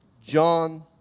John